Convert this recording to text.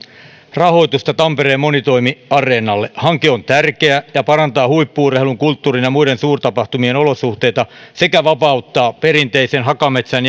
rahoitusta tampereen monitoimiareenalle hanke on tärkeä ja parantaa huippu urheilun kulttuurin ja muiden suurtapahtumien olosuhteita sekä vapauttaa perinteisen hakametsän